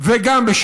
וגם אפשר יהיה בשבת.